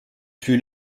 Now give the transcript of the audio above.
plus